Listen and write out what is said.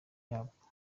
yabwo